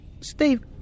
Steve